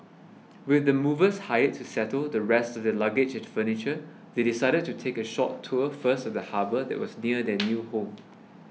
with the movers hired to settle the rest luggage and furniture they decided to take a short tour first of the harbour that was near their new home